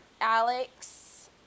Alex